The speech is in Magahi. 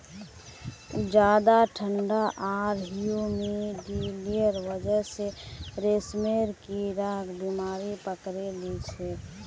ज्यादा ठंडी आर ह्यूमिडिटीर वजह स रेशमेर कीड़ाक बीमारी पकड़े लिछेक